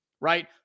right